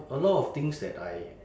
a lot of things that I